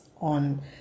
on